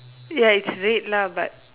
ya it's red lah but